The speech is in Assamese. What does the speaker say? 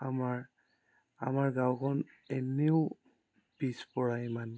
আমাৰ আমাৰ গাঁওখন এনেও পিছপৰা ইমান